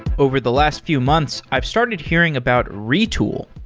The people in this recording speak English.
over the last few months, i've started hearing about retool.